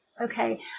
Okay